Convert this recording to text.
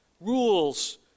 rules